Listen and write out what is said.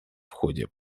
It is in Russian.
ходе